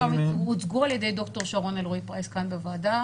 כבר הוצגו על ידי דוקטור שרון אלרעי פרייס כאן בוועדה